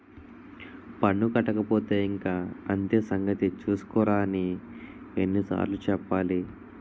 పన్ను కట్టకపోతే ఇంక అంతే సంగతి చూస్కోరా అని ఎన్ని సార్లు చెప్పాలి